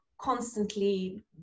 constantly